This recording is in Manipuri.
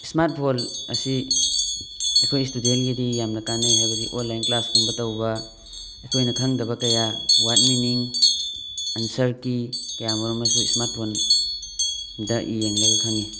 ꯏꯁꯃꯥꯔꯠ ꯐꯣꯟ ꯑꯁꯤ ꯑꯩꯈꯣꯏ ꯏꯁꯇꯨꯗꯦꯟꯒꯤꯗꯤ ꯌꯥꯝꯅ ꯀꯥꯟꯅꯩ ꯍꯥꯏꯕꯗꯤ ꯑꯣꯟꯂꯥꯏꯟ ꯀ꯭ꯂꯥꯁꯀꯨꯝꯕ ꯇꯧꯕ ꯑꯩꯈꯣꯏꯅ ꯈꯪꯗꯕ ꯀꯌꯥ ꯋꯥꯗ ꯃꯤꯅꯤꯡ ꯑꯟꯁꯔ ꯀꯤ ꯀꯌꯥꯃꯔꯨꯝ ꯑꯃꯁꯨ ꯏꯁꯃꯥꯔꯠ ꯐꯣꯟꯗ ꯌꯦꯡꯂꯒ ꯈꯪꯉꯤ